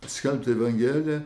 skelbti evangeliją